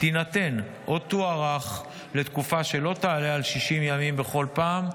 תינתן או תוארך לתקופה שלא תעלה על 60 ימים בכל פעם,